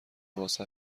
لباس